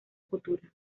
futura